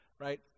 right